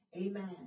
Amen